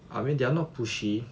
I mean they are not pushy